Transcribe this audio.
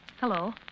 Hello